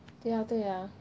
对啊对啊